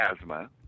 asthma